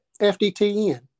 FDTN